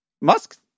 Musk